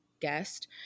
guest